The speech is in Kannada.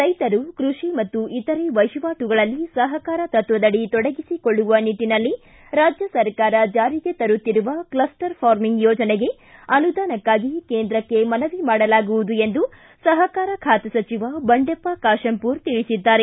ರೈತರು ಕೃಷಿ ಮತ್ತು ಇತರೆ ವಹಿವಾಟುಗಳಲ್ಲಿ ಸಹಕಾರ ತತ್ವದಡಿ ತೊಡಗಿಸಿಕೊಳ್ಳುವ ನಿಟ್ಟನಲ್ಲಿ ರಾಜ್ಯ ಸರ್ಕಾರ ಜಾರಿಗೆ ತರುತ್ತಿರುವ ಕ್ಲಸ್ಟರ್ ಫಾರ್ಮಿಂಗ್ ಯೋಜನೆಗೆ ಅನುದಾನಕ್ಕಾಗಿ ಕೇಂದ್ರಕ್ಕೆ ಮನವಿ ಮಾಡಲಾಗುವುದು ಎಂದು ಸಹಕಾರ ಖಾತೆ ಸಚಿವ ಬಂಡೆಪ್ಪ ಕಾಶೆಂಪುರ ತಿಳಿಸಿದ್ದಾರೆ